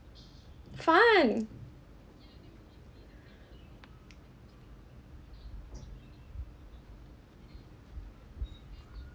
fun